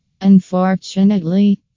Unfortunately